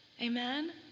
Amen